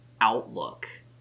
outlook